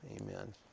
amen